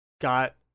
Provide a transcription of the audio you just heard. Got